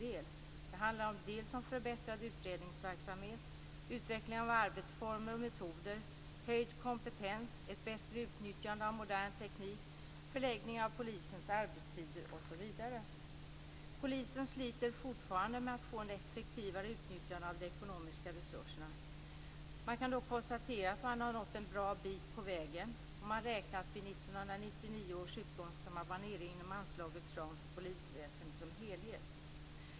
Det handlar om dels förbättrad utredningsverksamhet, dels utveckling av arbetsformer och metoder, dels höjd kompetens, dels ett bättre utnyttjande av moderna teknik, dels förläggning av polisens arbetstider osv. Polisen sliter fortfarande med att få ett effektivare utnyttjande av de ekonomiska resurserna. Dock kan konstateras att man har nått en bra bit på vägen, och man räknar med att vid 1999 års utgång skall man vara nere inom anslagets ram för polisväsendet som helhet.